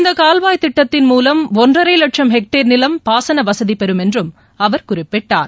இந்தகால்வாய் திட்டத்தின் மூலம் ஒன்றரைவட்சம் ஹெக்டேர் நிலம் பாசனவசதிபெறும் என்றும் அவர் குறிப்பிட்டார்